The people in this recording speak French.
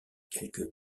quelque